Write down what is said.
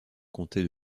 comptait